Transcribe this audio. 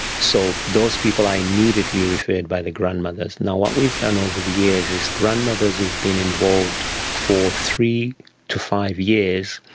so those people are immediately referred by the grandmothers. what we've done over the years is grandmothers who have been involved for three to five years,